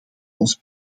ons